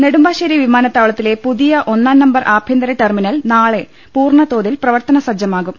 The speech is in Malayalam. നെടുമ്പാശ്ശേരി വിമാനത്താവളത്തിലെ പുതിയ ഒന്നാംനമ്പർ ആഭ്യന്തര് ടെർമിനൽ നാളെ പൂർണ്ണ തോതിൽ പ്രവർത്തന സജ്ജമാകും